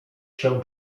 się